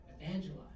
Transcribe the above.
evangelize